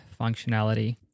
functionality